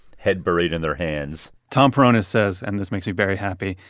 head buried in their hands tom peronis says and this makes me very happy,